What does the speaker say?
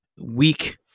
weak